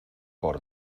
por